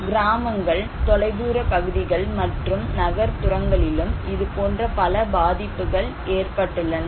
கிராமங்கள் தொலைதூர பகுதிகள் மற்றும் நகர்ப்புறங்களிலும் இது போன்ற பல பாதிப்புகள் ஏற்பட்டுள்ளன